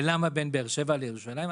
ולמה בין באר שבע לירושלים?